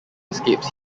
escapes